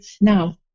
Now